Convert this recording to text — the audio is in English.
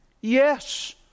Yes